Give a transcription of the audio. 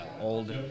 old